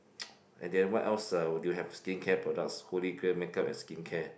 and then what else uh would you have skincare products holy grail make up and skincare